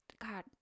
god